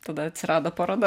tada atsirado paroda